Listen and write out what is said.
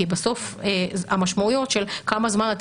כי בסוף המשמעויות של כמה זמן אתה